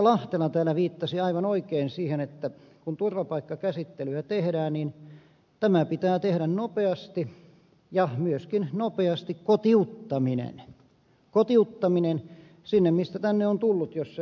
lahtela täällä viittasi aivan oikein siihen että kun turvapaikkakäsittelyä tehdään niin tämä pitää tehdä nopeasti ja myöskin nopeasti tehdä kotiuttaminen kotiuttaminen sinne mistä tänne on tullut jos se on mahdollista